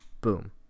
Boom